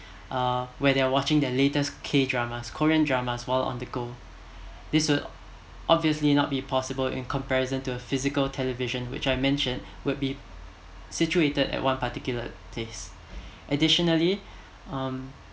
uh where they are watched their latest K dramas korean dramas while on the go this will obviously not be possible in comparison to a physical television which I mentioned would be situated at one particular place additionally um